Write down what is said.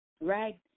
right